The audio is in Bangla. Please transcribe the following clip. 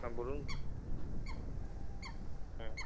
হ্যাঁ বলুন হুম